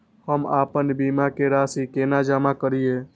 हम आपन बीमा के राशि केना जमा करिए?